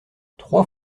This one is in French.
trois